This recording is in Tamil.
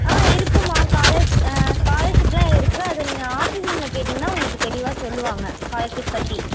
ஆ இருக்குதும்மா காலர்ஸ் ஸ்காலர்ஷிப்லாம் இருக்குது அதை நீங்கள் ஆஃபீஸ் ரூம்மில் கேட்டீங்கன்னா உங்களுக்கு தெளிவாக சொல்லுவாங்கள் ஸ்காலர்ஷிப் பற்றி